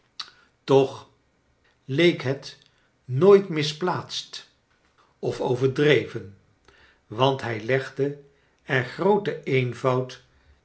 toch leek het nooit misplaatst of overdreverj want hij legde er grooten eenvoud